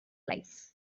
life